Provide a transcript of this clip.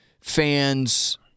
fans